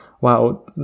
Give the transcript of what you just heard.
wow